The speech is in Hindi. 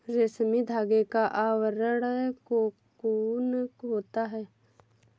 रेशमी धागे का आवरण कोकून होता है